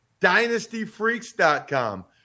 DynastyFreaks.com